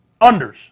unders